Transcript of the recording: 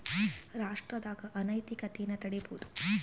ರಾಷ್ಟ್ರದಾಗ ಅನೈತಿಕತೆನ ತಡೀಬೋದು